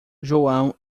joão